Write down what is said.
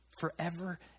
forever